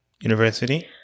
university